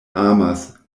amas